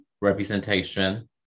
representation